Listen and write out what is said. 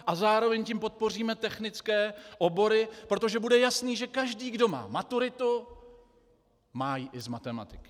A zároveň tím podpoříme technické obory, protože bude jasné, že každý, kdo má maturitu, má ji z matematiky.